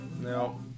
No